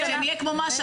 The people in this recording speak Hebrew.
שנהיה כמו מש"ה,